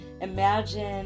Imagine